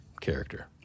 character